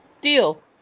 deal